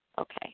Okay